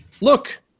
Look